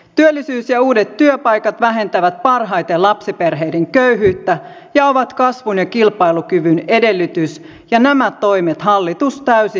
työllisyys ja uudet työpaikat vähentävät parhaiten lapsiperheiden köyhyyttä ja ovat kasvun ja kilpailukyvyn edellytys ja nämä toimet hallitus täysin laiminlyö